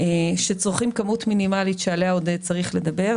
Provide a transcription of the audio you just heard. שצורכים כמות מינימלית, שעליה עוד צריך לדבר.